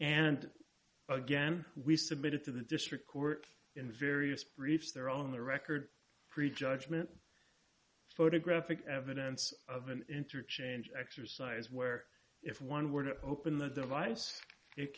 and again we submitted to the district court in various briefs they're all in the record prejudgment photographic evidence of an interchange exercise where if one were to open the device it